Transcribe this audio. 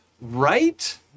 right